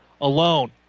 alone